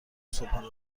صبحانه